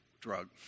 drug